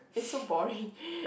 is so boring